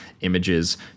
images